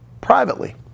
Privately